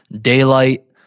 daylight